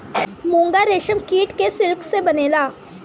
मूंगा रेशम कीट से सिल्क से बनेला